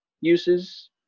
uses